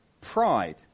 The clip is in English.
pride